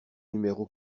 numéro